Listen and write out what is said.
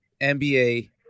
NBA